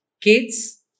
Kids